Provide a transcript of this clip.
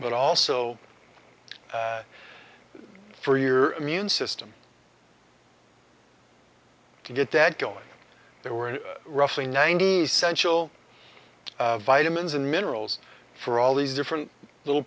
but also for your immune system to get that going there were roughly ninety sensual vitamins and minerals for all these different little